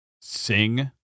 Sing